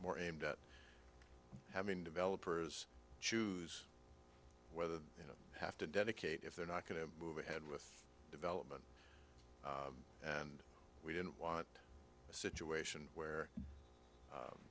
more aimed at having developers choose whether you know have to dedicate if they're not going to move ahead with development and we don't want a situation where